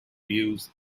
views